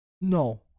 No